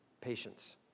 Patience